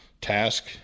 task